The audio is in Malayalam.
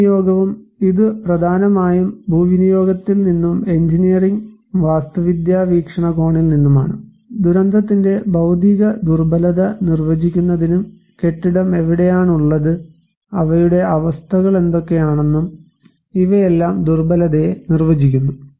ഭൂവിനിയോഗവും ഇതും പ്രധാനമായും ഭൂവിനിയോഗത്തിൽ നിന്നും എഞ്ചിനീയറിംഗ് വാസ്തുവിദ്യാ വീക്ഷണകോണിൽ നിന്നുമാണ് ദുരന്തത്തിന്റെ ഭൌതിക ദുർബലത നിർവചിക്കുന്നതിനും കെട്ടിടം എവിടെയാണുള്ളത് അവയുടെ അവസ്ഥകൾ എന്തൊക്കെയാണെന്നും ഇവയെല്ലാം ദുർബലതയെ നിർവചിക്കുന്നു